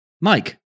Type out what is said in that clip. Mike